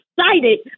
excited